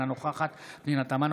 אינה נוכחת פנינה תמנו,